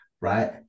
right